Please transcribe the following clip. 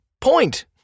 point